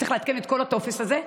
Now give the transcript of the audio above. צריך לעדכן את כל הטופס הזה,